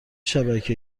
شبکه